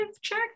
check